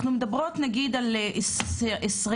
אנחנו מדברות על 2019,